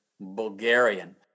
Bulgarian